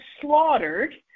slaughtered